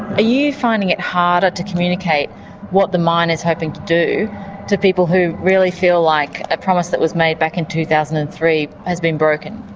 ah you finding it harder to communicate what the mine is hoping to do to people who really feel like a promise that was made back in two thousand and three has been broken?